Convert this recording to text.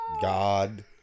God